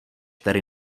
tady